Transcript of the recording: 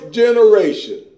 generation